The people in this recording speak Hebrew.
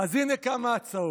הינה כמה הצעות: